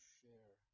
share